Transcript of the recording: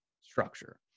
structure